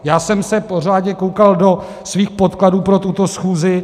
Já jsem se pořádně koukal do svých podkladů pro tuto schůzi.